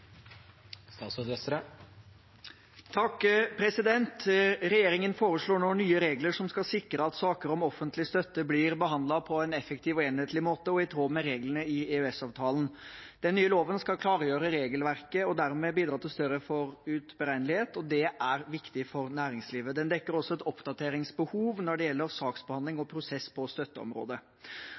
skal sikre at saker om offentlig støtte blir behandlet på en effektiv og enhetlig måte og i tråd med reglene i EØS-avtalen. Den nye loven skal klargjøre regelverket og dermed bidra til større forutberegnelighet, og det er viktig for næringslivet. Den dekker også et oppdateringsbehov når det gjelder saksbehandling og prosess på